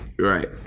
Right